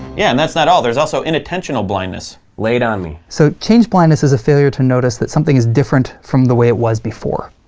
yeah and that's not all. there's also inattentional blindness. lay it on me. so change blindness is a failure to notice that something is different from the way it was before,